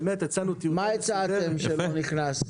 באמת הצענו --- מה הצעתם שלא נכנס?